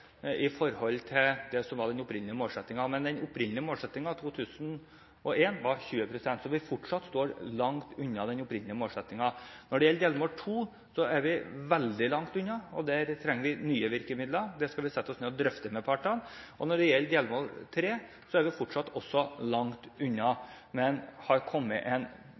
i forhold til det som var den opprinnelige målsettingen. Men den opprinnelige målsettingen i 2001 var 20 pst., så vi står fortsatt langt unna den. Når det gjelder delmål 2, er vi veldig langt unna, og der trenger vi nye virkemidler. Det skal vi sette oss ned og drøfte med partene. Når det gjelder delmål 3, er vi fortsatt også langt unna. Men det har kommet en